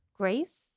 grace